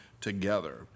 together